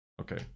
Okay